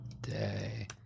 Day